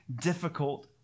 difficult